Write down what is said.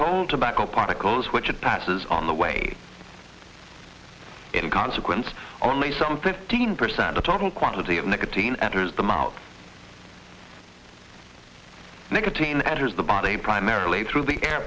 cold tobacco particles which it passes on the way in consequence only some fifteen percent of total quantity of nicotine enters the mouth nicotine that is the body primarily through the air